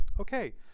Okay